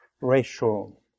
racial